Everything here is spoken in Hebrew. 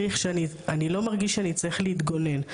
אני לא מרגיש שאני צריך להתגונן'.